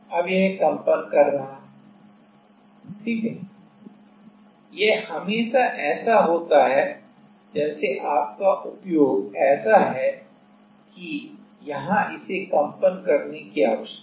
अब यह कंपन कर रहा है ठीक है यह हमेशा ऐसा होता है जैसे आपका उपयोग ऐसा है कि यहा इसे कंपन करने की आवश्यकता है